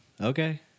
Okay